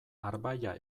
arbailla